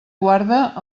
guarda